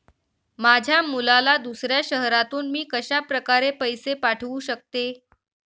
माझ्या मुलाला दुसऱ्या शहरातून मी कशाप्रकारे पैसे पाठवू शकते?